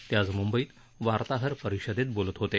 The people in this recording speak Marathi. ते आज मुंबईत वार्ताहर परिषदेत बोलत होते